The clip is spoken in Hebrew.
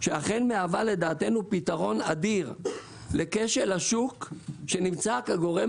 שמהווה פתרון אדיר לכשל השוק שנמצא כגורם